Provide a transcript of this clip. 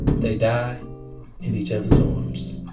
they die in each other's arms